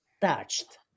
touched